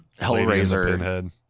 Hellraiser